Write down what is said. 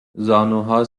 زانوها